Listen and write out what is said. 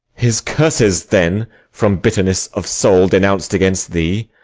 his curses, then from bitterness of soul denounc'd against thee,